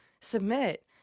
submit